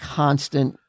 constant